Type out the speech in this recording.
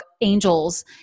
Angels